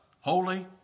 holy